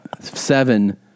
seven